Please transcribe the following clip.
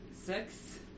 Six